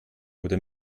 oder